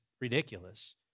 ridiculous